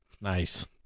Nice